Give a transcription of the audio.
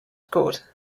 court